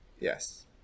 yes